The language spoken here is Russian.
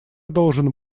должен